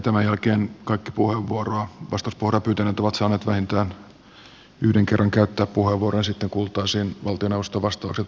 tämän jälkeen kaikki vastauspuheenvuoroa pyytäneet ovat saaneet vähintään yhden kerran käyttää puheenvuoron ja sitten kuultaisiin valtioneuvoston vastaukset